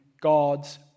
God's